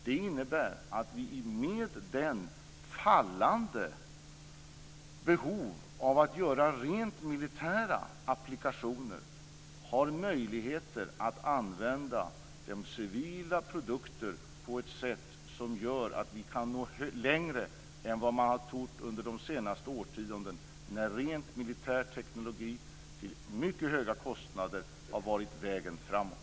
Det innebär att vi mot bakgrund av det minskade behovet av att göra rent militära applikationer har möjlighet att använda civila produkter på ett sätt som gör att vi kan nå längre än vad man har trott under de senaste årtiondena, när rent militär teknologi till mycket höga kostnader har varit vägen framåt.